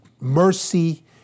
mercy